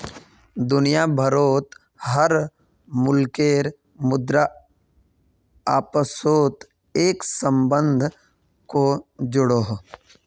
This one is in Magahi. दुनिया भारोत हर मुल्केर मुद्रा अपासोत एक सम्बन्ध को जोड़ोह